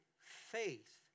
faith